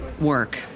work